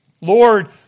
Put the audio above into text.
Lord